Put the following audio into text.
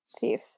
Thief